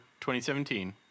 2017